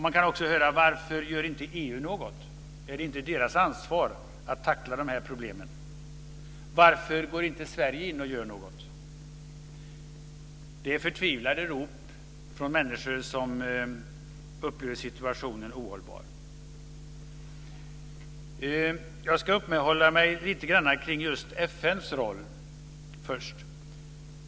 Man kan också höra: Varför gör inte EU något? Är det inte EU:s ansvar att tackla de här problemen? Och varför går inte Sverige in och gör något? Det är förtvivlade rop från människor som upplever situationen som ohållbar. Jag ska först upprätthålla mig lite grann kring FN:s roll.